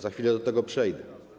Za chwilę do tego przejdę.